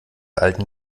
alten